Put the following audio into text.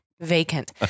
vacant